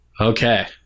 Okay